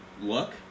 look